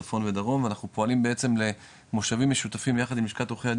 צפון ודרום ואנחנו פועלים בעצם למושבים משותפים יחד עם לשכת עורכי הדין